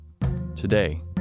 Today